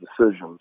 decisions